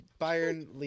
Bayern